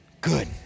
good